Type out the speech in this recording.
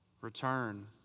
return